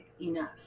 enough